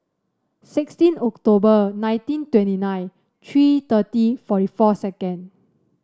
sixteen October nineteen twenty nine three thirty forty four second